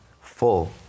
full